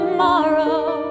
Tomorrow